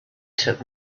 took